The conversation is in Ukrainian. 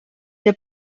для